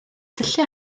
syllu